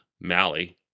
Malley